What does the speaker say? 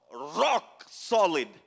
rock-solid